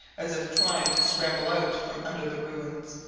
as if trying to scramble out from under the ruins.